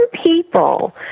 people